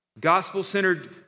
Gospel-centered